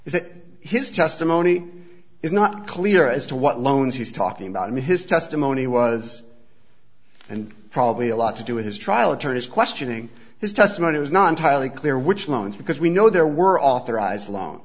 that his testimony is not clear as to what loans he's talking about in his testimony was and probably a lot to do with his trial attorneys questioning his testimony was not entirely clear which loans because we know there were authorized lo